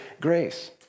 grace